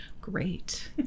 Great